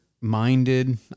minded